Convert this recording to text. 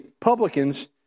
publicans